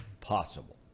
possible